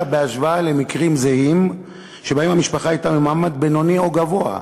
בהשוואה למקרים זהים שבהם המשפחה הייתה ממעמד בינוני או גבוה,